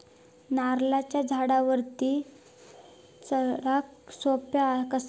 नारळाच्या झाडावरती चडाक सोप्या कसा?